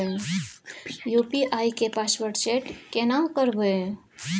UPI के password set केना करबे?